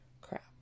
crap